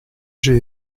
j’ai